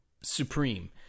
supreme